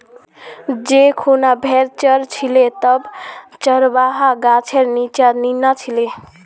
जै खूना भेड़ च र छिले तब चरवाहा गाछेर नीच्चा नीना छिले